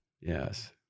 Yes